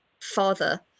father